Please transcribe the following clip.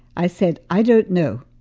i said, i don't know.